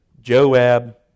Joab